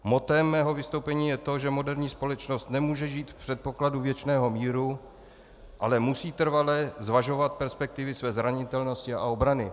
Mottem mého vystoupení je to, že moderní společnost nemůže žít v předpokladu věčného míru, ale musí trvale zvažovat perspektivy své zranitelnosti a obrany.